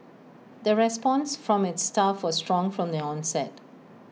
the response from its staff was strong from the onset